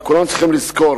כולם צריכים לזכור